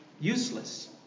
useless